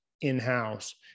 in-house